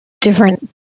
different